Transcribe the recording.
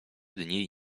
dni